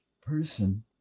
person